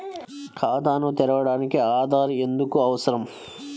ఖాతాను తెరవడానికి ఆధార్ ఎందుకు అవసరం?